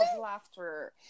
laughter